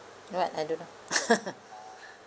what I don't know